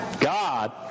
God